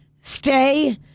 Stay